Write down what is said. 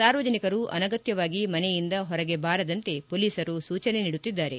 ಸಾರ್ವಜನಿಕರು ಅನಗತ್ವವಾಗಿ ಮನೆಯಿಂದ ಹೊರಗೆ ಬಾರದಂತೆ ಪೊಲೀಸರು ಸೂಚನೆ ನೀಡುತ್ತಿದ್ದಾರೆ